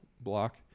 block